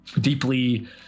deeply